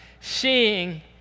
seeing